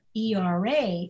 ERA